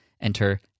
enter